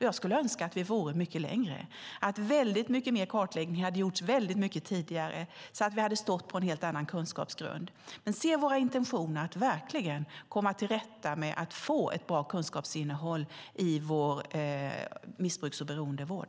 Jag skulle önska att vi hade kommit mycket längre, att väldigt mycket mer kartläggning hade gjorts väldigt mycket tidigare så att vi hade stått på en helt annan kunskapsgrund, men se våra intentioner att verkligen komma till rätta med att få ett bra kunskapsinnehåll i vår missbruks och beroendevård!